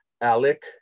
ALEC